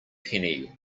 penny